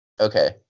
Okay